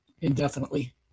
indefinitely